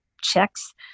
checks